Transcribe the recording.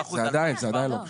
זה עדיין לא שם.